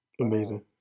Amazing